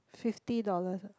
fifty dollars ah